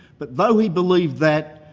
but though he believed that,